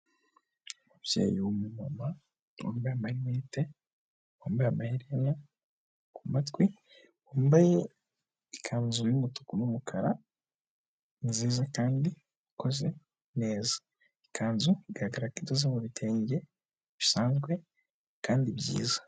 Umubyeyi w'umumama wambaye amarineti, wambaye amaherena ku matwi, wambaye ikanzu y'umutuku n'umukara nziza kandi ikoze neza. Ikanzu bigaragara ko idoze mu bitenge bisanzwe kandi byiza.